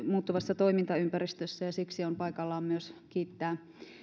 muuttuvassa toimintaympäristössä ja siksi on paikallaan myös kiittää